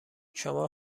شما